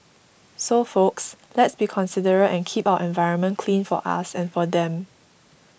so folks let's be considerate and keep our environment clean for us and for them